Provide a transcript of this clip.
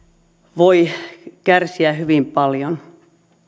voi kärsiä hyvin paljon